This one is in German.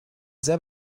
sehr